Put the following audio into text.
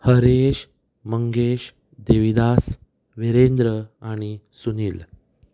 हरेश मंगेश देविदास विरेंद्र आनी सुनील